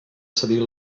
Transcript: cedir